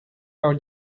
our